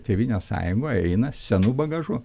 tėvynės sąjunga eina senu bagažu